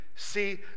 See